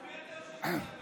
בזכות מי אתה יושב עם האמירתים?